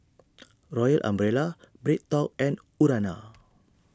Royal Umbrella BreadTalk and Urana